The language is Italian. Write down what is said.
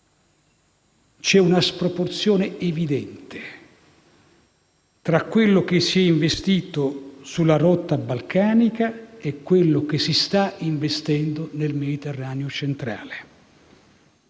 C'è una sproporzione evidente tra quello che si è investito sulla rotta balcanica e quello che si sta investendo nel Mediterraneo centrale.